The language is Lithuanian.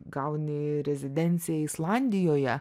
gauni rezidenciją islandijoje